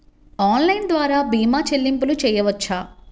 Online ద్వార భీమా చెల్లింపులు చేయవచ్చా?